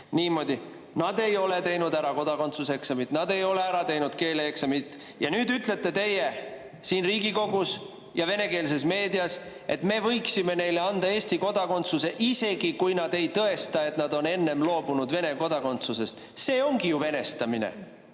Niimoodi. Nad ei ole teinud ära kodakondsuseksamit, nad ei ole ära teinud keeleeksamit ja nüüd ütlete teie siin Riigikogus ja venekeelses meedias, et me võiksime neile anda Eesti kodakondsuse, isegi kui nad ei tõesta, et nad on enne loobunud Vene kodakondsusest. See ongi ju venestamine. Mis